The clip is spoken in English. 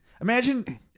imagine